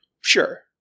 Sure